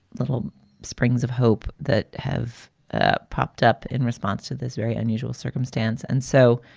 little springs of hope that have ah popped up in response to this very unusual circumstance. and so.